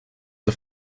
auf